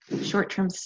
short-term